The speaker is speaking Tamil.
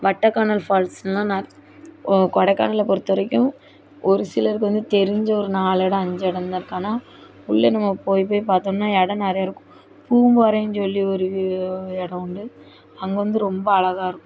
வட்டக்கானல் ஃபால்ஸுலாம் கொடைக்கானலை பொறுத்த வரைக்கும் ஒரு சிலருக்கு வந்து தெரிஞ்ச ஒரு நாலு இடம் அஞ்சு இடம் தான் இருக்கும் ஆனால் உள்ளே நம்ம போய் போய் பாத்தோம்னா இடம் நிறையா இருக்கும் பூம்பாறைன்னு சொல்லி ஒரு வ்யூ இடம் உண்டு அங்கே வந்து ரொம்ப அழகா இருக்கும்